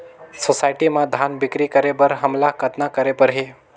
Society म धान बिक्री करे बर हमला कतना करे परही?